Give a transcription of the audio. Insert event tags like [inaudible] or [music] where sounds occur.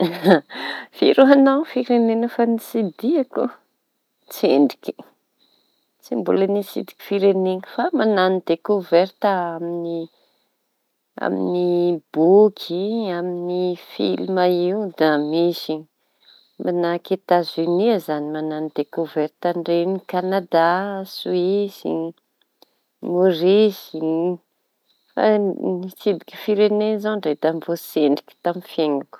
[laughs] firy ho añao firenena efa notsidihiko? Tsendriky tsy mbola nitsidiky fireneny fa mañano dekoverta amin'ny boky amin'ny film io da misy manahaky Etazonia da dekoverta an'ireñy; kanada, soisy, Môrisy fa nitsidiky firene zao da mbô tsendriky tamin'ny fianako.